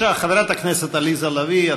בבקשה, חברת הכנסת עליזה לביא.